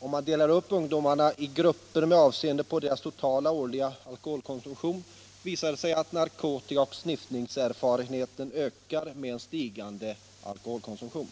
Om man delar upp ungdomarna i grupper med avseende på deras totala årliga alkoholkonsumtion visar det sig att narkotikaoch sniffningserfarenheten ökar med stigande alkoholkonsumtion.